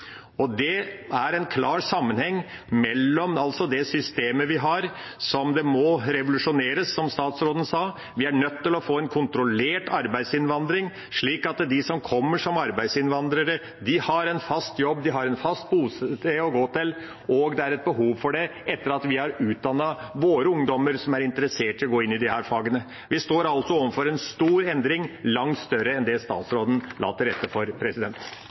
Det har en klar sammenheng med det systemet vi har, som må revolusjoneres, som statsråden sa. Vi er nødt til å få en kontrollert arbeidsinnvandring slik at de som kommer som arbeidsinnvandrere, har en fast jobb, har et fast bosted å gå til, og det er et behov for det etter at vi har utdannet våre ungdommer som er interessert i å gå inn i disse fagene. Vi står altså overfor en stor endring, langt større enn det statsråden la til rette for.